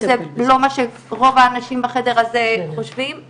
שזה לא מה שרוב האנשים בחדר הזה חושבים.